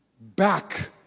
back